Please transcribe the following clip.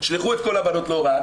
תשלחו את כל הבנות להוראה,